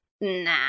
nah